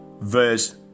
verse